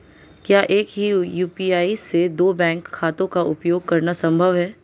क्या एक ही यू.पी.आई से दो बैंक खातों का उपयोग करना संभव है?